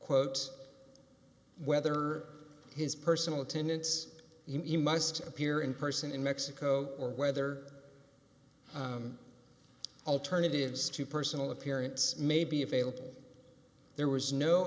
quote whether his personal attendance emotes to appear in person in mexico or whether alternatives to personal appearance may be available there was no